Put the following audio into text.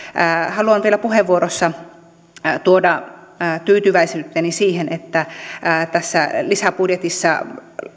haluan vielä tässä puheenvuorossa tuoda tyytyväisyyteni siihen että tässä lisäbudjetissa